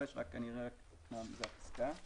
בסעיף (ב), פסקה (5)